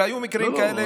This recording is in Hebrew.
והיו מקרים כאלה.